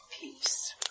peace